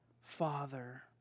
Father